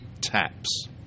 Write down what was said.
taps